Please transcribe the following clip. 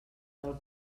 del